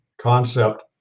concept